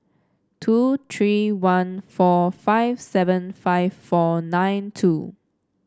two three one four five seven five four nine two